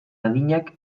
adinak